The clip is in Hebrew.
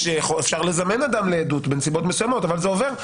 אפשר לזמן אדם לעדות בנסיבות מסוימות אבל זה עובר.